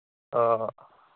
آ